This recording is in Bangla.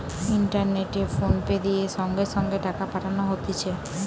ইন্টারনেটে ফোনপে দিয়ে সঙ্গে সঙ্গে টাকা পাঠানো হতিছে